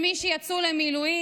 בכל יום שעות העבודה שלי יותר ממך.